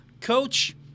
Coach